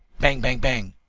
bang-bang-bang!